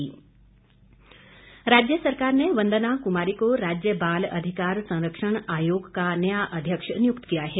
वंदना कुमारी राज्य सरकार ने वंदना कुमारी को राज्य बाल अधिकार संरक्षण आयोग का नया अध्यक्ष नियुक्त किया है